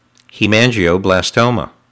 Hemangioblastoma